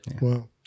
Wow